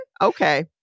Okay